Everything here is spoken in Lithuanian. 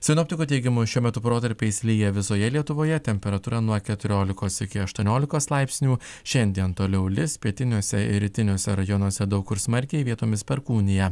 sinoptikų teigimu šiuo metu protarpiais lyja visoje lietuvoje temperatūra nuo keturiolikos iki aštuoniolikos laipsnių šiandien toliau lis pietiniuose ir rytiniuose rajonuose daug kur smarkiai vietomis perkūnija